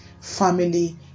Family